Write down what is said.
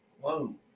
whoa